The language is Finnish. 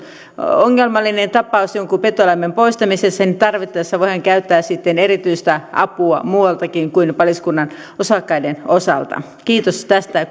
ongelmallinen tapaus jonkun petoeläimen poistamisessa niin tarvittaessa voidaan käyttää erityistä apua muualtakin kuin paliskunnan osakkaiden osalta kiitos tästä